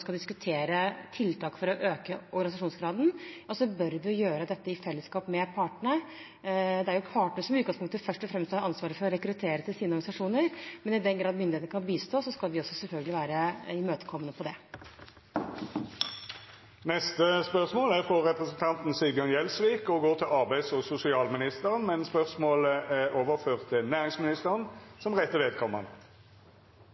skal diskutere tiltak for å øke organisasjonsgraden, bør vi gjøre dette i fellesskap med partene. Det er jo partene som i utgangspunktet først og fremst har ansvaret for å rekruttere til sine organisasjoner, men i den grad myndighetene kan bistå, skal de også selvfølgelig være imøtekommende på det. Dette spørsmålet, frå representanten Sigbjørn Gjelsvik til arbeids- og sosialministeren, er overført til næringsministeren